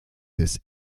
des